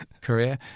career